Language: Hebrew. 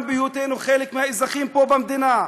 גם בהיותנו חלק מהאזרחים פה במדינה.